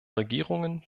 regierungen